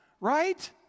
right